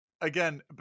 again